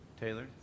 Taylor